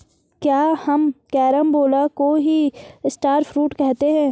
क्या हम कैरम्बोला को ही स्टार फ्रूट कहते हैं?